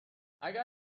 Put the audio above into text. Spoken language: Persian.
اگر